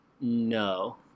No